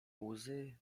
łzy